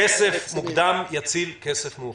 כסף מוקדם יציל כסף מאוחר.